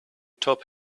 top